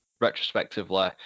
retrospectively